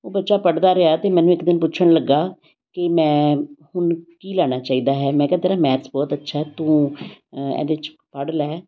ਉਹ ਬੱਚਾ ਪੜ੍ਹਦਾ ਰਿਹਾ ਅਤੇ ਮੈਨੂੰ ਇੱਕ ਦਿਨ ਪੁੱਛਣ ਲੱਗਿਆ ਕਿ ਮੈਂ ਹੁਣ ਕੀ ਲੈਣਾ ਚਾਹੀਦਾ ਹੈ ਮੈਂ ਕਿਹਾ ਤੇਰਾ ਮੈਥਸ ਬਹੁਤ ਅੱਛਾ ਤੂੰ ਇਹਦੇ 'ਚ ਪੜ੍ਹ ਲੈ